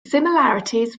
similarities